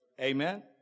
Amen